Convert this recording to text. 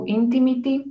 intimity